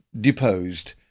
deposed